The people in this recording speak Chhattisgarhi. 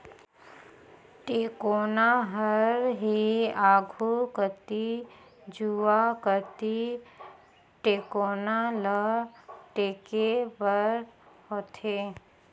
टेकोना हर ही आघु कती जुवा कती टेकोना ल टेके बर होथे